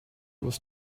was